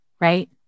right